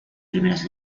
primeras